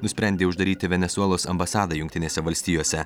nusprendė uždaryti venesuelos ambasadą jungtinėse valstijose